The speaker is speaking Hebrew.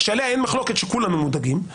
שעליה אין מחלוקת שכולנו מודאגים,